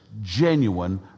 genuine